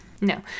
No